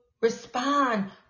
respond